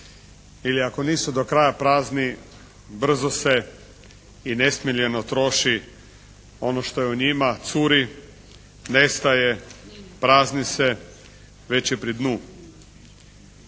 ili ako nisu do kraja prazni brzo se i nesmiljeno troši ono što je u njima, curi, nestaje, prazni se, već je pri dnu.